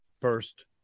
first